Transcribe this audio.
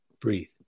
breathe